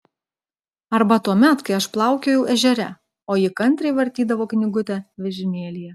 arba tuomet kai aš plaukiojau ežere o ji kantriai vartydavo knygutę vežimėlyje